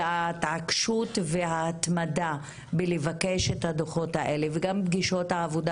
ההתעקשות וההתמדה בבקשת הדוחות האלה וגם פגישות העבודה